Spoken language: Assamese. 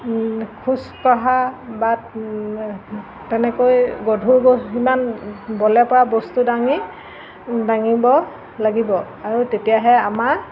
খোজকঢ়া বা তেনেকৈ গধুৰ সিমান বলে পৰা বস্তু দাঙি দাঙিব লাগিব আৰু তেতিয়াহে আমাৰ